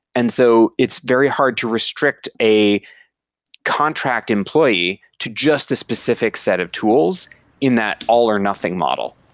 and so it's very hard to restrict a contract employee to just a specific set of tools in that all or nothing model.